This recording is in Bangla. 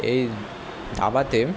এই দাবাতে